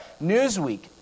Newsweek